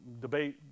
debate